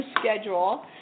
schedule